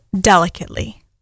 delicately